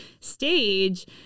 stage